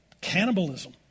cannibalism